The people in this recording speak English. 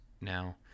now